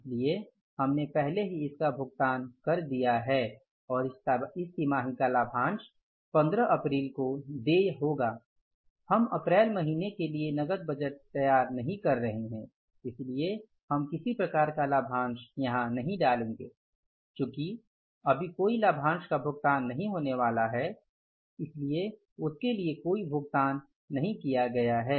इसलिए हमने पहले ही इसका भुगतान कर दिया है और इस तिमाही का लाभांश 15 अप्रैल को देय होगा हम अप्रैल महीने के लिए नकद बजट तैयार नहीं कर रहे हैं इसलिए हम किसी प्रकार का लाभांश नहीं डालेंगे चुकी अभी कोई लाभांश का भुगतान नहीं होने वाला है इसलिए उसके लिए कोई भुगतान नहीं किया गया है